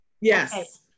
Yes